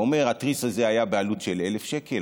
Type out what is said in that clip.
אומר: התריס הזה היה בעלות של 1,000 שקל,